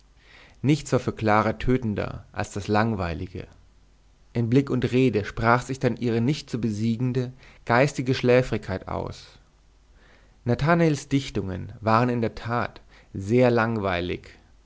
nichts war für clara tötender als das langweilige in blick und rede sprach sich dann ihre nicht zu besiegende geistige schläfrigkeit aus nathanaels dichtungen waren in der tat sehr langweilig